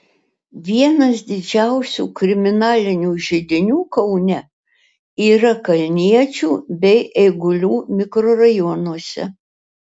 vienas didžiausių kriminalinių židinių kaune yra kalniečių bei eigulių mikrorajonuose